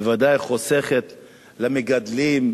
בוודאי היית חוסכת למגדלים,